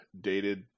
dated